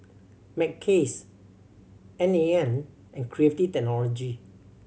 Mackays N A N and Creative Technology